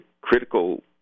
critical